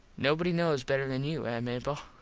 nobody knows better than you, ah mable?